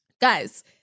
Guys